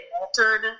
altered